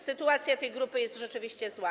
Sytuacja tej grupy jest rzeczywiście zła.